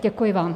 Děkuji vám.